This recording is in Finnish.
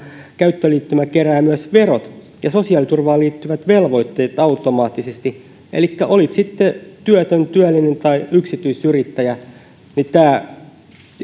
käyttöliittymä kerää myös verot ja sosiaaliturvaan liittyvät velvoitteet automaattisesti elikkä olit sitten työtön työllinen tai yksityisyrittäjä niin tämä